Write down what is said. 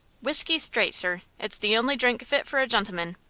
whiskey straight, sir. it's the only drink fit for a gentleman.